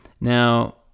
Now